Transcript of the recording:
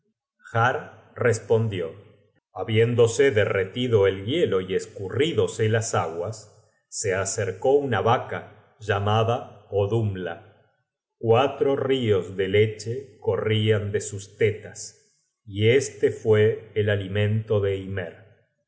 respondió habiéndose derretido el hielo y escurrídose las aguas se acercó una vaca llamada odhumla cuatro rios de leche corrian de sus tetas y este fue el alimento de ymer